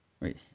Wait